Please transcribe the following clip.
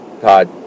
Todd